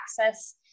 access